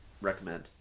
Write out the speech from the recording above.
Recommend